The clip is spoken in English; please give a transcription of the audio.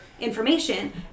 information